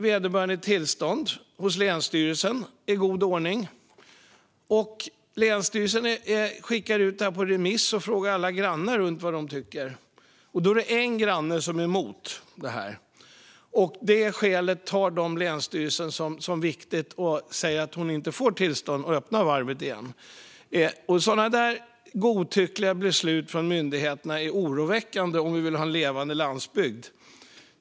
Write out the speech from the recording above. Vederbörande söker tillstånd hos länsstyrelsen i god ordning. Länsstyrelsen skickar ut ärendet på remiss och frågar alla grannar vad de tycker. Då är det en granne som är emot av ett skäl som länsstyrelsen ser som viktigt och därför säger att hon inte får tillstånd att öppna varvet igen. Sådana godtyckliga beslut från myndigheterna är oroväckande om vi vill ha en levande landsbygd.